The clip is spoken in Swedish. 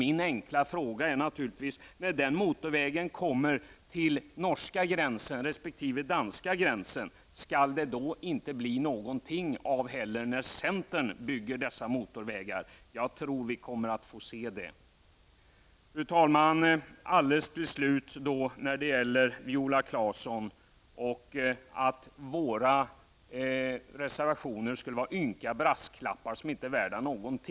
Min enkla fråga är naturligtvis: När man kommer till den norska resp. danska gränsen, skall det då inte bli någonting av byggandet när centern skall bygga dessa motorvägar? Jag tror att vi kommer att få se det. Fru talman! Till slut till Viola Claesson som säger att våra reservationer är ynka brasklappar och ingenting värda.